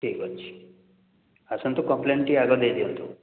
ଠିକ୍ ଅଛି ଆସନ୍ତୁ କମ୍ପ୍ଲେନ୍ଟି ଆଗ ଦେଇ ଦିଅନ୍ତୁ